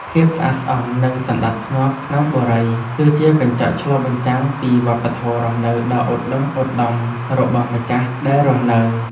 ភាពស្អាតស្អំនិងសណ្តាប់ធ្នាប់ក្នុងបុរីគឺជាកញ្ចក់ឆ្លុះបញ្ចាំងពីវប្បធម៌រស់នៅដ៏ឧត្តុង្គឧត្តមរបស់ម្ចាស់ដែលរស់នៅ។